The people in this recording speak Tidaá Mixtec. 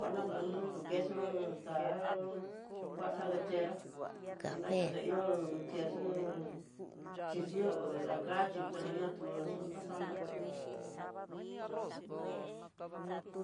Kuana pronona tu queso taú vaca lechera kunraka xe ihó queso xhidió lakaxhí pero na tió kuna xana uj.